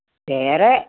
വേറെ